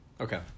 Okay